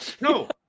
no